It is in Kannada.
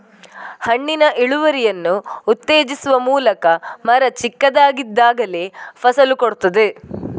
ಹಣ್ಣಿನ ಇಳುವರಿಯನ್ನು ಉತ್ತೇಜಿಸುವ ಮೂಲಕ ಮರ ಚಿಕ್ಕದಾಗಿದ್ದಾಗಲೇ ಫಸಲು ಕೊಡ್ತದೆ